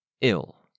Ill